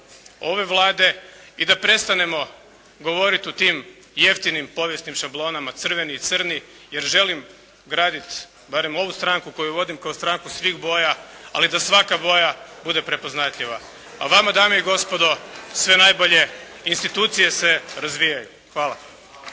ove Vlade i da prestanemo govoriti o tim jeftinim povijesnim šablonama crveni i crni jer želim gradit barem ovu stranku koju vodim, kao stranku svih boja, ali da svaka boja bude prepoznatljiva. A vama dame i gospodo sve najbolje, institucije se razvijaju. Hvala.